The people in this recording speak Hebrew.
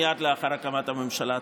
מייד לאחר הקמת הממשלה.